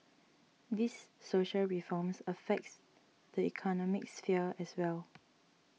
these social reforms affects the economic sphere as well